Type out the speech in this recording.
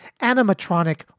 animatronic